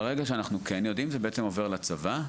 ברגע שאנחנו כן יודעים, זה עובר לצבא.